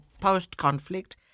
post-conflict